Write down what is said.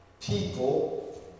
people